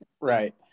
Right